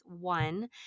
one